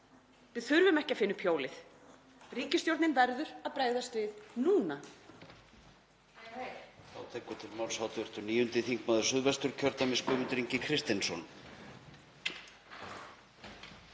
Við þurfum ekki að finna upp hjólið. Ríkisstjórnin verður að bregðast við núna.